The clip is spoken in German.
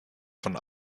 von